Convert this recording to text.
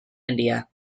india